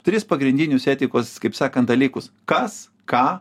tris pagrindinius etikos kaip sakant dalykus kas ką